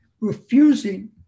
refusing